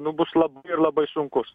nu bus labai ir labai sunkus